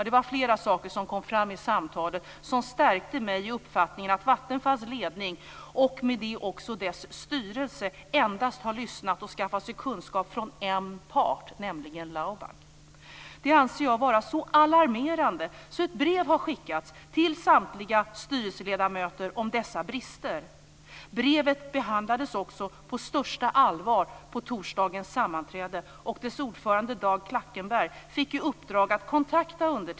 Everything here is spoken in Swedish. Det var flera saker som kom fram i samtalet som stärkte mig i min uppfattning att Vattenfalls ledning och dess styrelse endast har lyssnat på en part och skaffat sig kunskap därifrån, nämligen från Laubag. Det anser jag vara så alarmerande att ett brev har skickats ut till samtliga styrelseledamöter om dessa brister. Brevet behandlades med största allvar på torsdagens sammanträde, och dess ordförande Dag Klackenberg fick i uppdrag att kontakta mig.